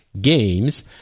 games